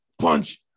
Punch